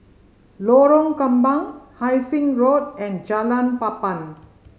Lorong Kembang Hai Sing Road and Jalan Papan